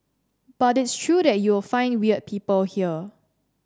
but it's true that you'll find weird people here